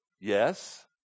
yes